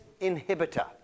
inhibitor